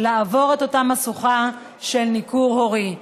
לעבור את אותה משוכה של ניכור הורי.